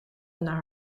naar